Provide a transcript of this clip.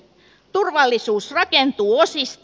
turvallisuus rakentuu osista